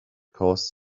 caused